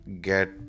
get